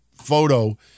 photo